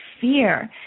fear